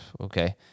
Okay